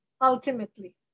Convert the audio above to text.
ultimately